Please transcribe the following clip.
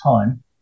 time